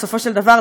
בסופו של דבר,